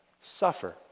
suffer